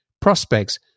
prospects